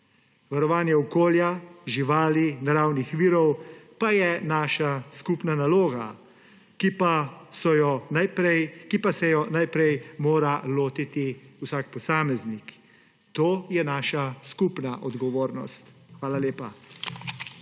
Varovanje okolja, živali, naravnih virov pa je naša skupna naloga, ki pa se jo najprej mora lotiti vsak posameznik. To je naša skupna odgovornost. Hvala lepa.